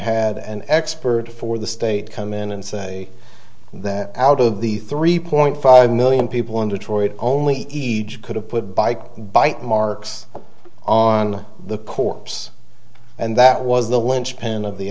had an expert for the state come in and say that out of the three point five million people in detroit only each could have put bike bite marks on the corpse and that was the